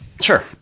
Sure